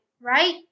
right